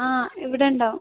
ആ ഇവിടെ ഉണ്ടാവും